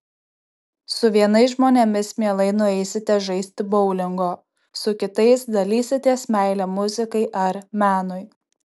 su vienais žmonėmis mielai nueisite žaisti boulingo su kitais dalysitės meile muzikai ar menui